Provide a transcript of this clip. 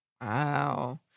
Wow